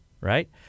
Right